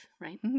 right